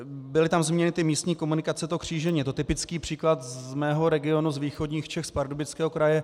Byly tam zmíněny místní komunikace, to křížení, je to typický příklad z mého regionu z východních Čech, z Pardubického kraje.